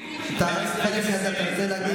אתה רוצה להגיב?